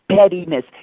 pettiness